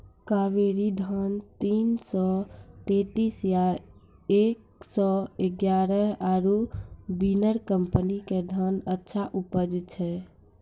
कावेरी धान तीन सौ तेंतीस या एक सौ एगारह आरु बिनर कम्पनी के धान अच्छा उपजै छै?